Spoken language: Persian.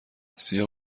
سیاه